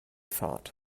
thought